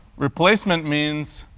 replacement means,